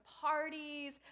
parties